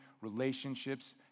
relationships